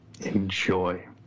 Enjoy